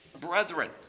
Brethren